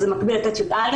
זה מקביל ל-ט'-י"א,